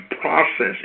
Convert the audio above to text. process